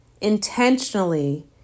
intentionally